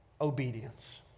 obedience